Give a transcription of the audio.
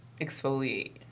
exfoliate